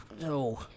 No